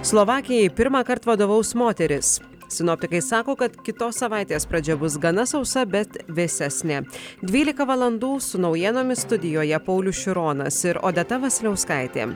slovakijai pirmąkart vadovaus moteris sinoptikai sako kad kitos savaitės pradžia bus gana sausa bet vėsesnė dvylika valandų su naujienomis studijoje paulius šironas ir odeta vasiliauskaitė